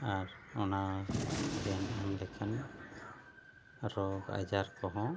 ᱟᱨ ᱚᱱᱟ ᱫᱷᱮᱭᱟᱱ ᱮᱢ ᱞᱮᱠᱷᱟᱱ ᱨᱳᱜᱽ ᱟᱡᱟᱨ ᱠᱚ ᱦᱚᱸ